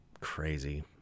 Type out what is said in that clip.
crazy